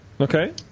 Okay